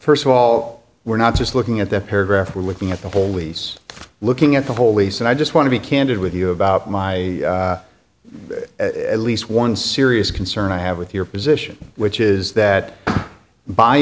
first of all we're not just looking at the paragraph we're looking at the whole lease looking at the whole lease and i just want to be candid with you about my at least one serious concern i have with your position which is that by